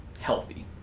healthy